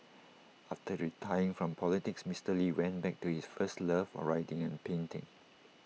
after retiring from politics Mister lee went back to his first love of writing and painting